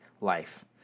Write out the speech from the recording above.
life